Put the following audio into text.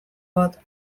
bat